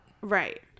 Right